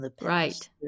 right